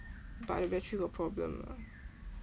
but the battery got problem ah